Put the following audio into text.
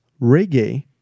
reggae